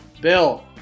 Bill